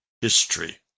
history